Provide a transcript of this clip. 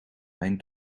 mijn